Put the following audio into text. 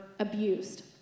Abused